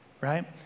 right